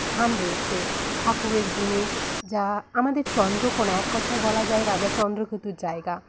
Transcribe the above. স্থান রয়েছে ঠাকুরের জিনিস যা আমাদের চন্দ্রকোনা এক কথায় বলা যায় রাজা চন্দ্রকেতুর জায়গা